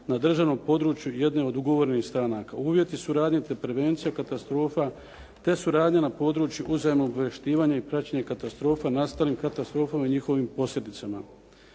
na državnom području jedne od ugovornih stranaka, uvjeti suradnje te prevencija katastrofa te suradnja na području uzajamnog obavještavanja i praćenje katastrofa, nastalim katastrofama i njihovim posljedicama.